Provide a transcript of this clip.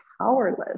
powerless